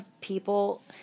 people